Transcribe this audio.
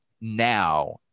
now